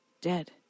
Dead